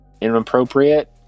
inappropriate